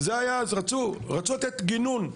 וזה היה אז, רצו לתת גינון,